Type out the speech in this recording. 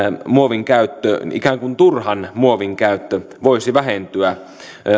muovin käyttö ikään kuin turhan muovin käyttö voisi vähentyä